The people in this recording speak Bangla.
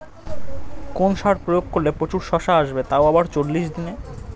কোন সার প্রয়োগ করলে প্রচুর শশা আসবে তাও আবার চল্লিশ দিনে?